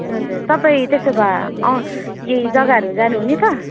हजुर तपाईँ त्यसो भए अँ यही जग्गाहरू जानुहुने त